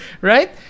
Right